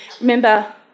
remember